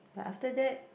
but after that